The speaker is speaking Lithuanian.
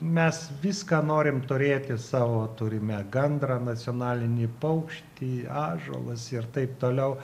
mes viską norim turėti savo turime gandrą nacionalinį paukštį ąžuolas ir taip toliau